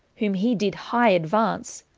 whom he did high advance,